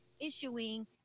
issuing